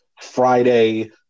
Friday